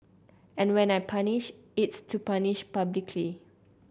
and when I punish it's to punish publicly